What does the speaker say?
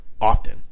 often